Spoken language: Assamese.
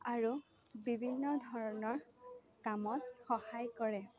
আৰু বিভিন্ন ধৰণৰ কামত সহায় কৰে